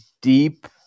deep